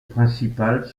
principales